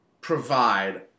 provide